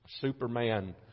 Superman